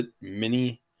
mini